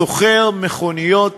סוחר מכוניות